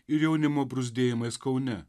ir jaunimo bruzdėjimais kaune